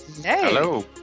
Hello